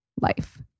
life